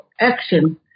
action